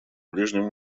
ближнем